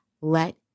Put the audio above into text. Let